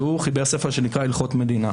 והוא חיבר ספר שנקרא "הלכות מדינה".